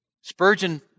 Spurgeon